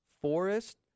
Forest